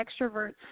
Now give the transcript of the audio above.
extrovert's